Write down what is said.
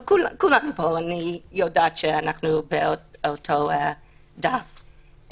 כולנו פה, אני יודעת שאנחנו באותו דף.